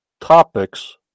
topics